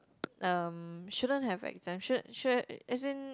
um shouldn't have exams shouldn't shouldn't as in